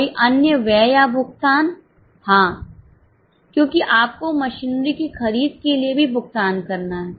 कोई अन्य व्यय या भुगतान हाँ क्योंकि आपको मशीनरी की खरीद के लिए भी भुगतान करना है